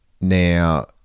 now